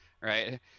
right